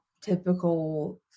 typical